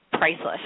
Priceless